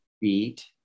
beat